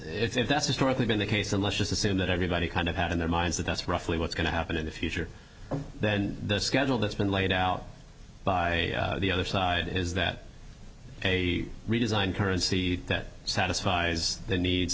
if that's historically been the case then let's just assume that everybody kind of had in their minds that that's roughly what's going to happen in the future then the schedule that's been laid out by the other side is that a redesign currency that satisfies the needs